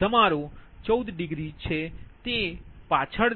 તમારો 14 છે તે પાછળ છે